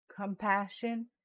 compassion